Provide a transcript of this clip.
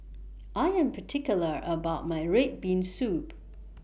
I Am particular about My Red Bean Soup